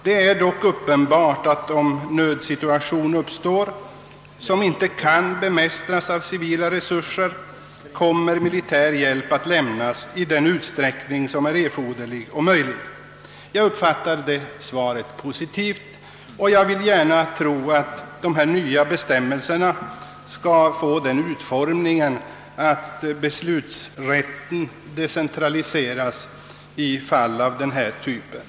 Det är dock uppenbart, framhåller han, att om en nödsituation uppstår, som inte kan bemästras med civila resurser, kommer militär hjälp att lämnas i den utsträckning som är erforderlig och möjlig. Jag uppfattar detta svar som positivt och vill gärna tro att de nya bestämmelserna kommer att få sådan utformning att beslutanderätten i fall av denna typ kommer att decentraliseras.